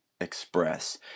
express